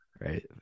Right